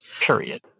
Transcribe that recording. period